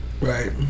Right